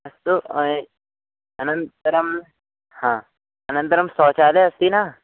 अस्तु अनन्तरं हा अनन्तरं शौचालयः अस्ति न